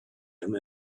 him